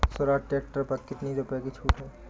Swaraj tractor पर कितनी रुपये की छूट है?